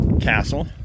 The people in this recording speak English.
castle